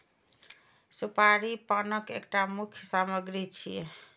सुपारी पानक एकटा मुख्य सामग्री छियै